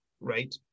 right